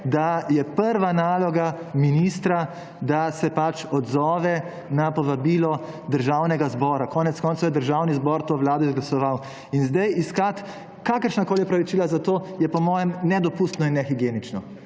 da je prva naloga ministra, da se odzove na povabilo Državnega zbora. Konec koncev je Državni zbor to vlado izglasoval. In zdaj iskati kakršnakoli opravičila za to, je po mojem nedopustno in nehigienično.